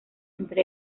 entre